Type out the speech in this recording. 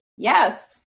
Yes